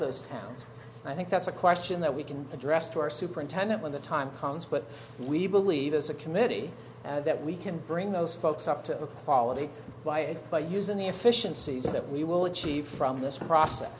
those towns and i think that's a question that we can address to our superintendent when the time comes but we believe as a committee that we can bring those folks up to a quality by it by using the efficiencies that we will achieve from this process